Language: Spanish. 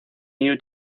new